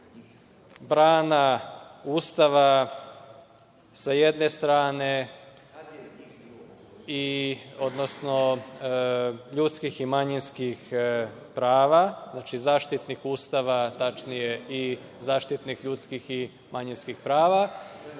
brana Ustava sa jedne strane, odnosno ljudskih i manjinskih prava, znači zaštitnik Ustava, tačnije i zaštitnik ljudskih i manjinskih prava.U